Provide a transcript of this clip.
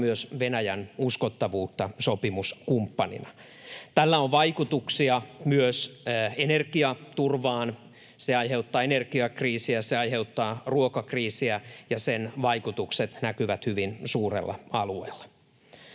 myös Venäjän uskottavuutta sopimuskumppanina. Tällä on vaikutuksia myös energiaturvaan. Se aiheuttaa energiakriisiä, se aiheuttaa ruokakriisiä, ja sen vaikutukset näkyvät hyvin suurella alueella.